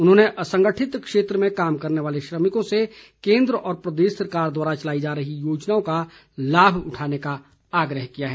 उन्होंने असंगठित क्षेत्र में कार्य करने वाले श्रमिकों से केन्द्र व प्रदेश सरकार द्वारा चलाई जा रही योजनाओं का लाभ उठाने का आग्रह किया है